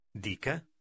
Dica